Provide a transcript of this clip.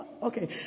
Okay